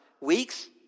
weeks